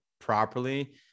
properly